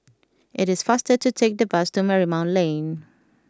it is faster to take the bus to Marymount Lane